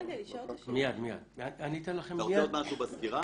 אני עוצר אותך בשלב